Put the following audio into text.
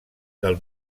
del